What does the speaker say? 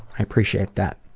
i appreciate that.